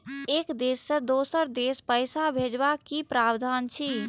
एक देश से दोसर देश पैसा भैजबाक कि प्रावधान अछि??